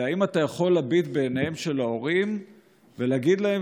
האם אתה יכול להביט בעיניהם של ההורים ולהגיד להם